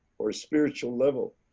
or spiritual level.